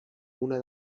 una